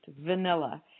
vanilla